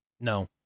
No